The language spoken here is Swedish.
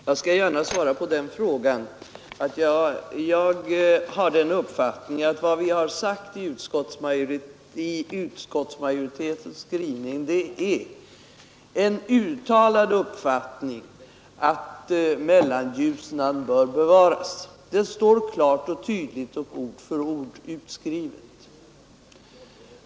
Herr talman! Jag skall gärna svara på den frågan. Vad vi har givit uttryck åt i utskottsmajoritetens skrivning är, anser jag, en uttalad uppfattning att Mellanljusnan bör bevaras. Det står klart och tydligt och ord för ord utskrivet.